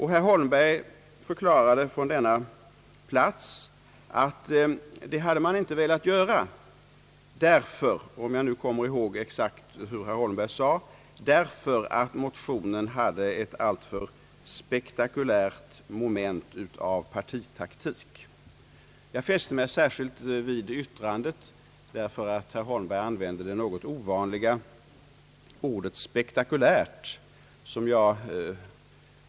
Herr Holmberg förklarade från denna plats, att man inte hade velat göra det, därför att — om jag nu kommer ihåg exakt vad herr Holmberg sade — motionen hade »ett alltför spektakulärt moment av partitaktik». Jag fäste mig särskilt vid yttrandet, därför att herr Holmberg använde det något ovanliga ordet »spektakulärt».